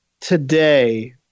today